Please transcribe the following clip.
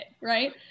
right